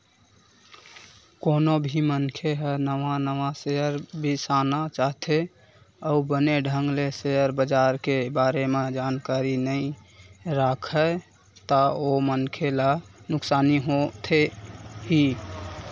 कोनो भी मनखे ह नवा नवा सेयर बिसाना चाहथे अउ बने ढंग ले सेयर बजार के बारे म जानकारी नइ राखय ता ओ मनखे ला नुकसानी होथे ही